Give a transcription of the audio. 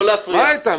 לא להפריע,